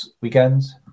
weekends